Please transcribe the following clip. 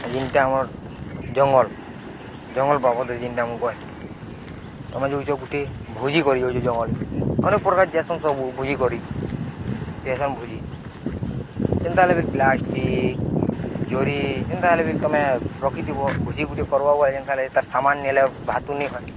ଜିନ୍ଟା ଆମର ଜଙ୍ଗଲ୍ ଜଙ୍ଗଲ୍ ବାବଦରେ ଜିନ୍ଟା ମୁଁ କହେ ତମେ ଯୋଉଚ ଗୁଟେ ଭୋଜି କରି ଯଉଚ ଜଙ୍ଗଲ ଅନେକ ପ୍ରକାର ଯେସନ୍ ସବ ଭୋଜି କରି ଯେସନ୍ ଭୋଜି ଯେନ୍ତା ହେଲେବି ପ୍ଲାଷ୍ଟିକ୍ ଜରି ଯେନ୍ତା ହେଲେବି ତମେ ରଖିଥିବ ଭୋଜି ଗୁଟେ କର୍ବ ବଲେ ଯେନ୍ତା ହେଲେ ତା'ର୍ ସାମାନ ନେଲେ ଭାତୁନିଁ ହଏ